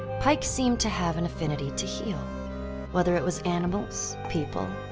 pike seemed to have an affinity to heal whether it was animals, people,